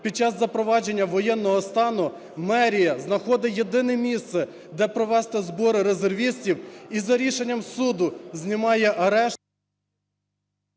під час запровадження воєнного стану мерія знаходить єдине місце, де провести збори резервістів, і за рішенням суду знімає арешт…